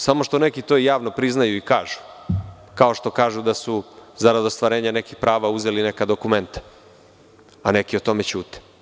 Samo što neki to javno priznaju i kažu, ako što kažu da su zarad ostvarenja nekih prava uzeli neka dokumenta, a neki o tome ćute.